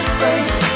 face